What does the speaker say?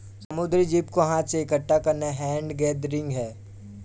समुद्री जीव को हाथ से इकठ्ठा करना हैंड गैदरिंग है